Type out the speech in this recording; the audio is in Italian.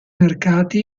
mercati